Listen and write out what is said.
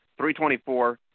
324